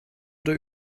oder